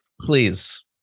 Please